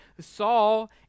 Saul